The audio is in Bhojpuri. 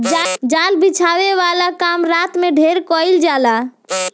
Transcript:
जाल बिछावे वाला काम रात में ढेर कईल जाला